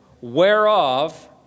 Whereof